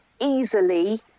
easily